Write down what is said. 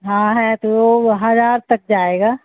ہاں ہے تو وہ ہزار تک جائے گا